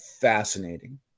fascinating